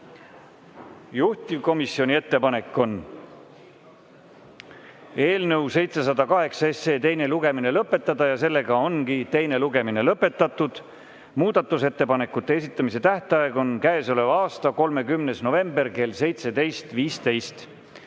Juhtivkomisjoni ettepanek on eelnõu 708 teine lugemine lõpetada. Teine lugemine ongi lõpetatud. Muudatusettepanekute esitamise tähtaeg on käesoleva aasta 30. november kell 17.15.